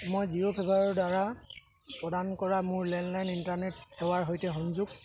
মই জিঅ' ফাইবাৰদ্বাৰা প্ৰদান কৰা মোৰ লেণ্ডলাইন ইণ্টাৰনেট সেৱাৰ সৈতে সংযোগ